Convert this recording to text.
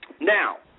Now